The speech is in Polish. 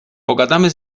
pogadamy